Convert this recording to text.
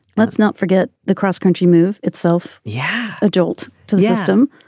let's not forget the cross-country move itself. yeah. a jolt to the system.